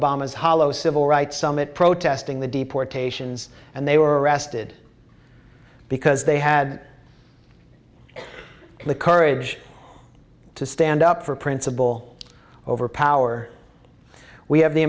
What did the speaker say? obama's hollow civil rights summit protesting the deportations and they were arrested because they had the courage to stand up for principle over power we have the